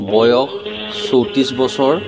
বয়স চৌত্ৰিছ বছৰ